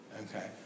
Okay